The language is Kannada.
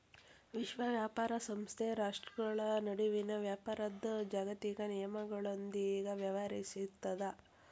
ವಿಶ್ವ ವ್ಯಾಪಾರ ಸಂಸ್ಥೆ ರಾಷ್ಟ್ರ್ಗಳ ನಡುವಿನ ವ್ಯಾಪಾರದ್ ಜಾಗತಿಕ ನಿಯಮಗಳೊಂದಿಗ ವ್ಯವಹರಿಸುತ್ತದ